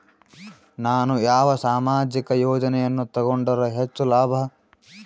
ನಾನು ಯಾವ ಸಾಮಾಜಿಕ ಯೋಜನೆಯನ್ನು ತಗೊಂಡರ ಹೆಚ್ಚು ಲಾಭ?